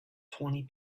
twenty